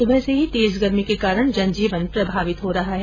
सुबह से ही तेज गर्मी के कारण जनजीवन प्रभावित हो रहा है